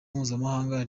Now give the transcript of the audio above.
mpuzamahanga